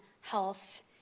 health